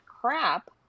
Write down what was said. crap